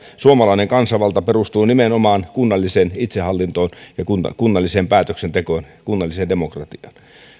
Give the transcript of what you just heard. suomalainen kansanvalta perustuu nimenomaan kunnalliseen itsehallintoon ja kunnalliseen päätöksentekoon kunnalliseen demokratiaan